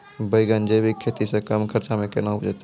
बैंगन जैविक खेती से कम खर्च मे कैना उपजते?